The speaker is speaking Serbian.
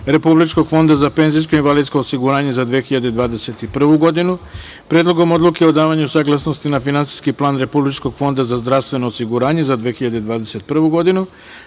Republičkog fonda za penzijsko i invalidsko osiguranje za 2021. godinu; Predlogom odluke o davanju saglasnosti na finansijski plan Republičkog fonda za zdravstveno osiguranje za 2021. godinu;